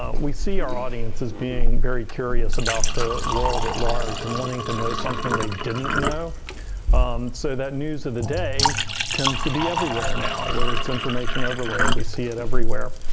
ah we see our audiences being very curious about the world at large and wanting to know something they didn't know so that news of the day tends to be everywhere now, where it's information overload. we see it everywhere.